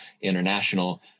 international